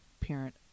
parent